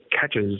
catches